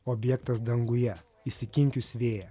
objektas danguje įsikinkius vėją